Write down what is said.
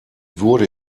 wurde